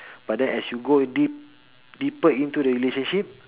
but then as you go deep deeper into the relationship